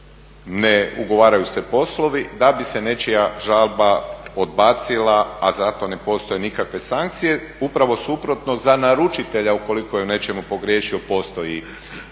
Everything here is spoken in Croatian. ne ugovaraju se poslovi da bi se nečija žalba odbacila, a za to ne postoje nikakve sankcije. Upravo suprotno, za naručitelja ukoliko je u nečemu pogriješio postoji sankcija.